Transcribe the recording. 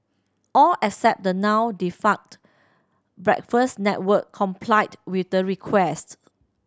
all except the now defunct Breakfast Network complied with the request